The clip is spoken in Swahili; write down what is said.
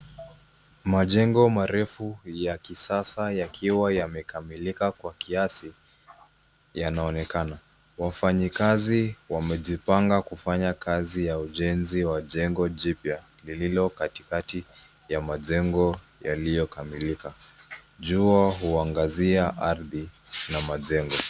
Majengo marefu ya kisasa yakiwa yamekamilika kwa kiasi, yanaonekana. Wafanyikazi wamejipanga kufanya kazi ya ujenzi wa jengo jipya, lililo katikati ya majengo yaliyo kamilika. Jua huangazia ardhi na majengo.